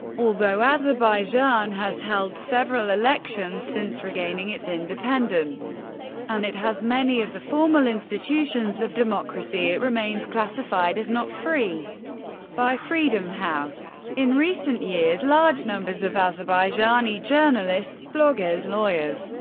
although azerbaijan has held several elections since regaining its independence and it has many of the formal institutions of democracy, it remains classified as not free by freedom house. in recent years, large numbers of azerbaijani journalists, bloggers, lawyers,